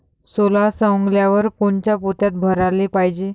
सोला सवंगल्यावर कोनच्या पोत्यात भराले पायजे?